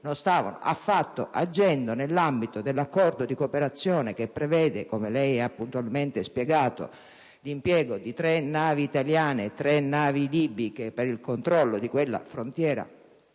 non stavano affatto agendo nell'ambito dell'Accordo di cooperazione che prevede, come lei ha puntualmente spiegato, l'impiego di tre navi italiane e di tre navi libiche per il controllo della frontiera